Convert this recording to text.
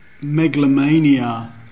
megalomania